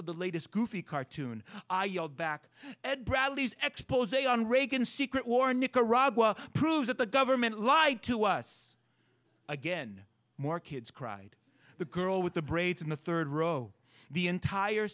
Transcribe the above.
of the latest goofy cartoon i yelled back ed bradley's expos on reagan secret war in nicaragua proves that the government lied to us again more kids cried the girl with the braids in the third row the entire